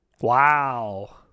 Wow